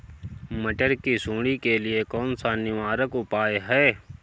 मटर की सुंडी के लिए कौन सा निवारक उपाय है?